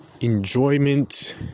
enjoyment